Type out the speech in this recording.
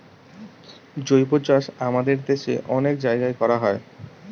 জৈবচাষ আমাদের দেশে অনেক জায়গায় করা হয়